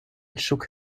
shook